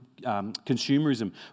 consumerism